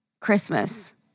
Christmas